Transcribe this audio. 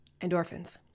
Endorphins